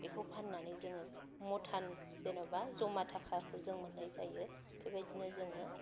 बेखौ फाननानै जोङो मतान जेन'बा जमा थाखाखौ जों मोननाय जायो बेबादिनो जोङो